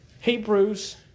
Hebrews